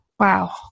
Wow